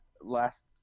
last